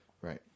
Right